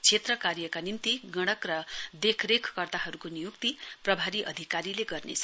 क्षेत्र कार्यका निम्ति गणक र देखरेख कर्ताहरुको नियुक्ति प्रभारी अधिकारीले गर्नेछन्